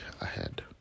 ahead